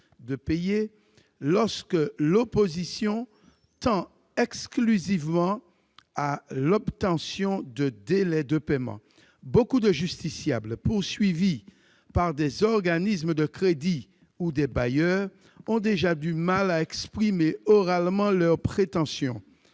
de payer, lorsque l'opposition tend exclusivement à l'obtention de délais de paiement. Beaucoup de justiciables poursuivis par des organismes de crédit ou des bailleurs ont déjà du mal à exprimer oralement leur prétention,